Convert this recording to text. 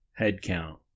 headcount